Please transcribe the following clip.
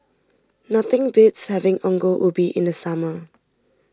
nothing beats having Ongol Ubi in the summer